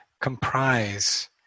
comprise